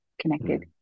connected